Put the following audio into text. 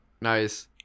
Nice